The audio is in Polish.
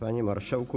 Panie Marszałku!